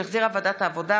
שהחזירה ועדת העבודה,